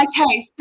Okay